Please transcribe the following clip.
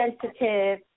sensitive